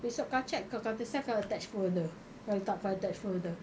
besok kau check kau kau attach folder kau letak kau attach folder